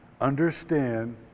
understand